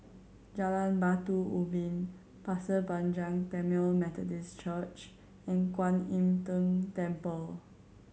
Jalan Batu Ubin Pasir Panjang Tamil Methodist Church and Kuan Im Tng Temple